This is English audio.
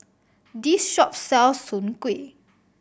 this shop sells soon kway